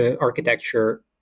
architecture